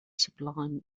sublime